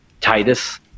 Titus